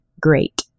Great